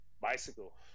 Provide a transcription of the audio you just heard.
Bicycle